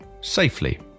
safely